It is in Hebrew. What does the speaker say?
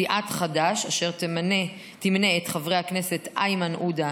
סיעת חד"ש, אשר תמנה את חברי הכנסת איימן עודה,